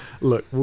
look